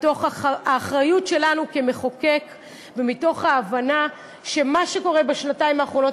מתוך האחריות שלנו כמחוקק ומתוך ההבנה שמה שקורה בשנתיים האחרונות